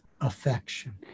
affection